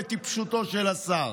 בטיפשותו של השר.